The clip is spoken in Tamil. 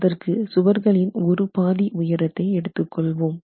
அதற்கு சுவர்களின் ஒரு பாதி உயரத்தை எடுத்துக்கொள்வோம்